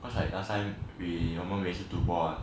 was like last time we 我们每次赌博